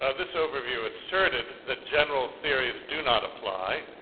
ah this overview asserted that general theories do not apply,